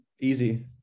easy